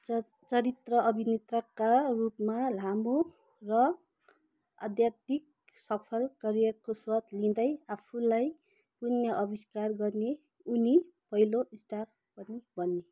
चरित्र अभिनेत्रका रूपमा लामो र अत्यधिक सफल करियरको स्वाद लिँदै आफूलाई पुन आविष्कार गर्ने उनी पहिलो स्टार पनि बने